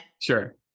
sure